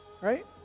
right